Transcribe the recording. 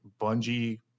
Bungie